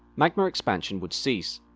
magma expansion would cease,